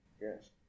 Yes